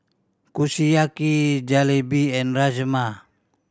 Kushiyaki Jalebi and Rajma